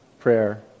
prayer